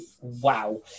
wow